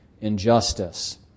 injustice